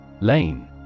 Lane